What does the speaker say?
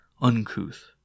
uncouth